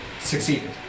succeeded